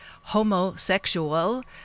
homosexual